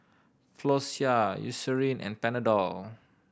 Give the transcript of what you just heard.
Floxia Eucerin and Panadol